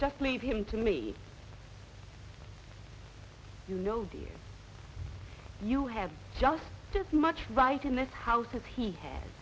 just leave him to me you know do you have just as much right in this house as he had